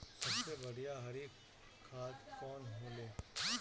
सबसे बढ़िया हरी खाद कवन होले?